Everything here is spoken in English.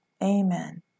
Amen